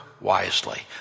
wisely